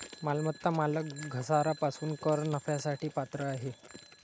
मालमत्ता मालक घसारा पासून कर नफ्यासाठी पात्र आहे